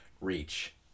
Reach